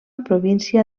província